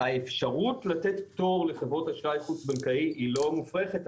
האפשרות לתת פטור לחברות אשראי חוץ בנקאי היא לא מופרכת,